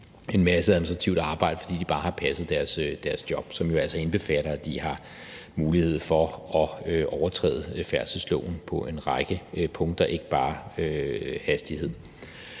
en masse administrativt arbejde, fordi de bare har passet deres job, som jo altså indbefatter, at de har mulighed for at overtræde færdselsloven på en række punkter – ikke bare hastigheden.